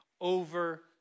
over